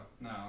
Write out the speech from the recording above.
no